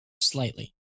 slightly